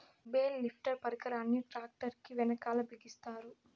bale lifter పరికరాన్ని tractor కీ వెనకాల బిగిస్తారు